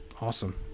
Awesome